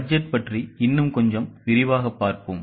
budget பற்றி இன்னும் கொஞ்சம் விரிவாகப் பார்ப்போம்